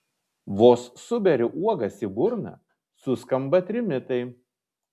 vos suberiu uogas į burną suskamba trimitai